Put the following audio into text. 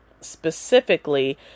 specifically